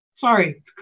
Sorry